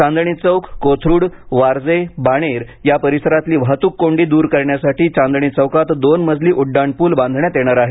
चांदणी चौक कोथरूड वारजे बाणेर या परिसरातली वाहतूक कोंडी दूर करण्यासाठी चांदणी चौकात दोन मजली उड्डाणपूल बांधण्यात येणार आहे